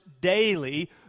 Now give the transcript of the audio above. daily